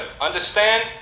understand